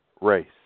race